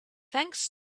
thanks